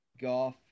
golf